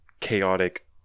chaotic